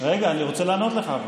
רגע, אבל אני רוצה לענות לך.